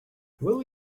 will